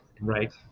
right